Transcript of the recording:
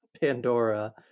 pandora